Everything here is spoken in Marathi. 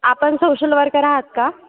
आपण सोशल वर्कर आहात का